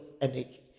energy